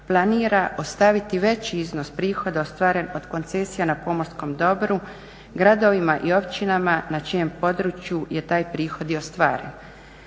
planira ostaviti veći iznos prihoda ostvaren od koncesija na pomorskom dobru, gradovima i općinama na čijem području je taj prihod i ostvaren.